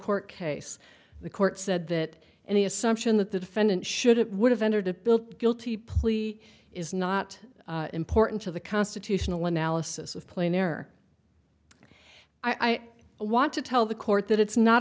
court case the court said that any assumption that the defendant should it would have entered a built guilty plea is not important to the constitutional analysis of plain error i i want to tell the court that it's not